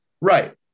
Right